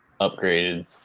upgraded